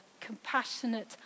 compassionate